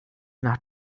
nach